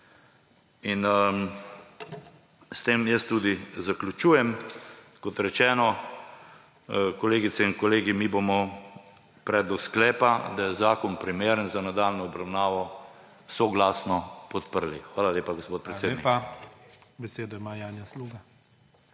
S tem jaz tudi zaključujem. Kot rečeno, kolegice in kolegi, mi bomo predlog sklepa, da je zakon primeren za nadaljnjo obravnavo, soglasno podprli. Hvala lepa gospod predsednik. **PREDSEDNIK IGOR ZORČIČ:** Hvala lepa. Besedo ima Janja Sluga.